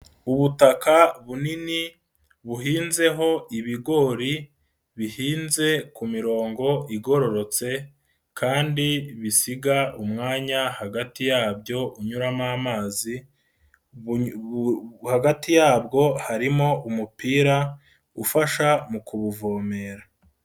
Ubutaka bunini buhinzeho ibigori bihinze ku mirongo igororotse kandi bisiga umwanya hagati yabyo unyuramo amazi, hagati yabwo harimo umupira ufasha mu kubuvomera.